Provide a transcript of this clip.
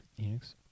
Enix